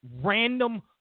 random